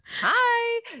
Hi